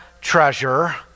treasure